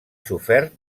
sofert